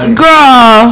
girl